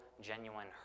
genuine